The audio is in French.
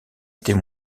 était